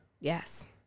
Yes